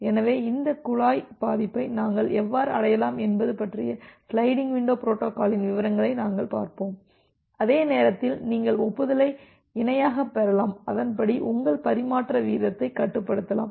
எனவே இந்த குழாய் பதிப்பை நாங்கள் எவ்வாறு அடையலாம் என்பது பற்றிய சிலைடிங் விண்டோ பொரோட்டோகாலின் விவரங்களை நாங்கள் பார்ப்போம் அதே நேரத்தில் நீங்கள் ஒப்புதலை இணையாகப் பெறலாம் அதன்படி உங்கள் பரிமாற்ற வீதத்தைக் கட்டுப்படுத்தலாம்